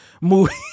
movie